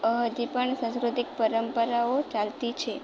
હજી પણ સાંસ્કૃતિક પરંપરાઓ ચાલતી છે